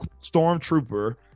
Stormtrooper